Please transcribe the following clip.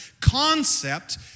concept